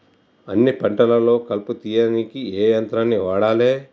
అన్ని పంటలలో కలుపు తీయనీకి ఏ యంత్రాన్ని వాడాలే?